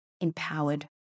empowered